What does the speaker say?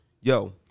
Yo